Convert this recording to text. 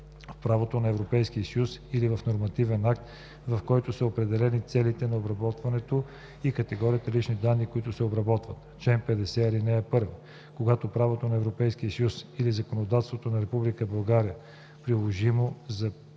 в правото на Европейския съюз или в нормативен акт, в който са определени целите на обработването и категориите лични данни, които се обработват. Чл. 50. (1) Когато правото на Европейския съюз или законодателството на Република